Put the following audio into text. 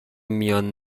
میان